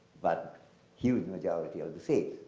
but huge majority of the sikhs.